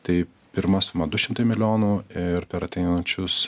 tai pirma suma du šimtai milijonų ir per ateinančius